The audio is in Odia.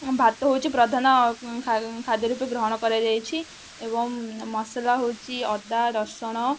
ଭାତ ହେଉଛି ପ୍ରଧାନ ଖାଦ୍ୟ ରୂପେ ଗ୍ରହଣ କରାଯାଇଛି ଏବଂ ମସଲା ହେଉଛି ଅଦା ରସୁଣ